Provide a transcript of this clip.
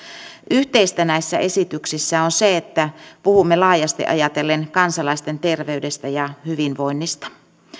yhteistä näissä esityksissä on se että puhumme laajasti ajatellen kansalaisten terveydestä ja hyvinvoinnista